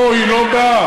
לא, היא לא באה,